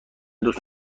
دوست